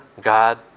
God